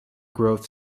growth